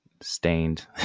stained